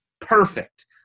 perfect